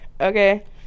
okay